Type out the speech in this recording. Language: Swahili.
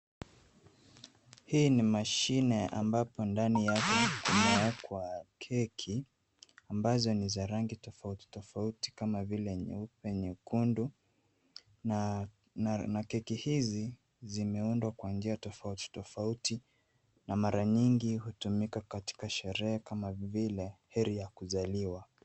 Hii ni mashine ambapo ndani yake kumewekwa keki ambazo ni za rangi tofauti tofauti kama vile nyeupe, nyekundu na keki hizi zimeundwa kwa njia tofauti tofauti na mara nyingi hutumika katika sherehe kama vile heri ya kuzaliwa.